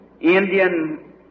Indian